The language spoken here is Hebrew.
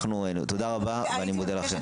אנחנו, תודה רבה, אני מודה לך.